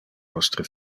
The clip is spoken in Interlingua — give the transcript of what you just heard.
vostre